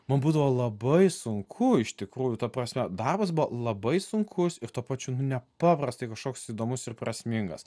man būdavo labai sunku iš tikrųjų ta prasme darbas buvo labai sunkus ir tuo pačiu nu nepaprastai kažkoks įdomus ir prasmingas